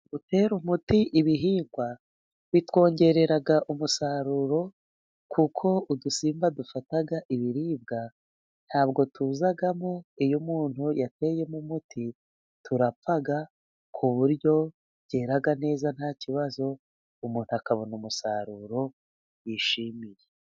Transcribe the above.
Gutera umuti ibihingwa bitwongerera umusaruro, kuko udusimba dufata ibiribwa ntabwo tuzamo iyo umuntu yateyemo umuti turapfa, ku buryo byera neza nta kibazo umuntu akabona umusaruro yishimiye.